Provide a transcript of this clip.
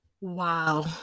Wow